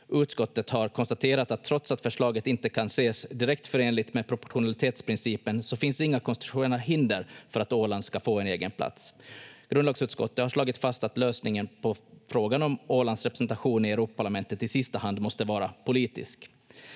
Utskottet har konstaterat att trots att förslaget inte kan ses direkt förenligt med proportionalitetsprincipen finns det inga konstitutionella hinder för att Åland ska få en egen plats. Grundlagsutskottet har slagit fast att lösningen på frågan om Ålands representation i Europaparlamentet i sista hand måste vara politisk.